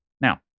Now